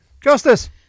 Justice